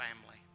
family